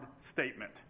statement